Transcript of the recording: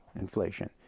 inflation